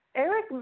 Eric